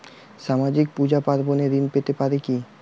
সামাজিক পূজা পার্বণে ঋণ পেতে পারে কি?